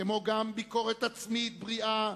כמו גם ביקורת עצמית בריאה,